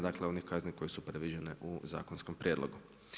Dakle, onih kazni koji su predviđeni u zakonskom prijedlogu.